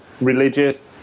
religious